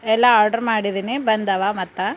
ಎಲ್ಲ ಆರ್ಡ್ರು ಮಾಡಿದ್ದೇನೆ ಬಂದಿವೆ ಮತ್ತು